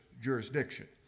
jurisdiction